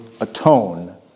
atone